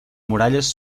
muralles